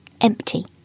empty